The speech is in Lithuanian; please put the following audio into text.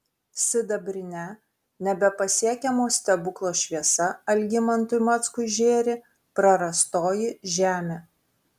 sidabrine nebepasiekiamo stebuklo šviesa algimantui mackui žėri prarastoji žemė